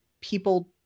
people